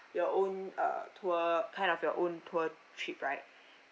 your own uh tour kind of your own tour trip right